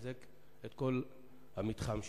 לתחזק את כל המתחם שם.